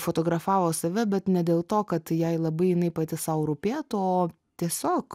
fotografavo save bet ne dėl to kad jai labai jinai pati sau rūpėtų o tiesiog